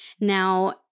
Now